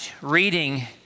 reading